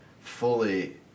fully